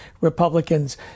Republicans